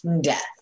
death